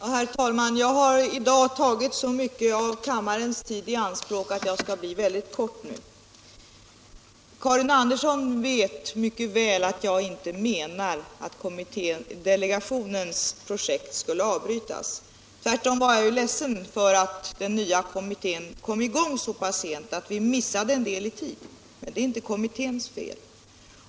Herr talman! Jag har i dag tagit så mycket av kammarens tid i anspråk att det här skall bli väldigt kort. Karin Andersson vet mycket väl att jag inte menar att delegationens projekt skulle avbrytas. Tvärtom var jag ju ledsen för att den nya kommittén kom i gång så pass sent att vi förlorade en del i tid, men det är inte kommitténs fel.